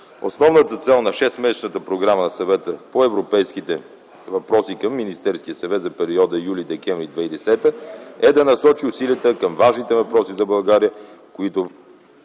Основната цел на шестмесечната програма на Съвета по европейските въпроси към Министерския съвет за периода юли - декември 2010 г. е да насочи усилията към важните за България